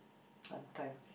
sometimes